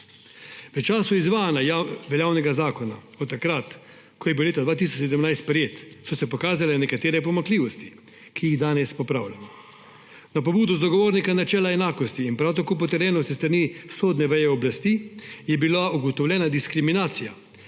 V času izvajanja veljavnega zakona od takrat, ko je bil leta 2017 sprejet, so se pokazale nekatere pomanjkljivosti, ki jih danes popravljamo. Na pobudo Zagovornika načela enakosti in prav tako potrjeno s strani sodne veje oblasti je bila ugotovljena diskriminacija,